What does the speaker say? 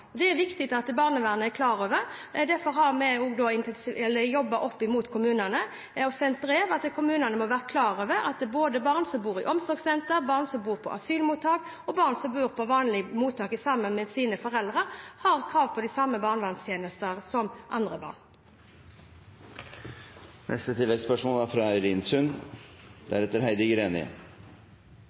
Det er det viktig at barnevernet er klar over. Derfor jobber vi også opp mot kommunene. Vi har sendt brev om at kommunene må være klar over at både barn som bor i omsorgssenter, barn som bor på asylmottak, og barn som bor på vanlig mottak sammen med sine foreldre, har krav på de samme barnevernstjenester som andre barn.